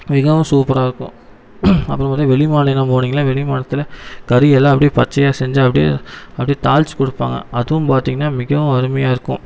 மிகவும் சூப்பராக இருக்கும் அப்புறம் பார்த்தா வெளிமாநிலம் போனிங்கன்னா வெளி மாநிலத்தில் கறியெல்லாம் அப்படியே பச்சையாக செஞ்சு அப்படியே அப்படியே தாளிச்சு கொடுப்பாங்க அதுவும் பார்த்தீங்கன்னா மிகவும் அருமையாக இருக்கும்